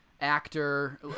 actor